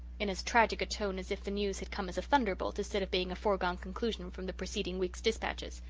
in as tragic a tone as if the news had come as a thunderbolt instead of being a foregone conclusion from the preceding week's dispatches.